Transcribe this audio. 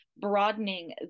broadening